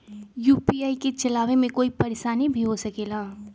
UPI के चलावे मे कोई परेशानी भी हो सकेला?